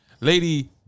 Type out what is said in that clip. Lady